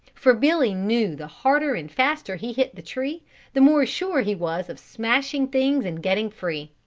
for billy knew the harder and faster he hit the tree the more sure he was of smashing things and getting free.